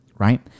Right